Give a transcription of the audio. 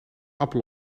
appel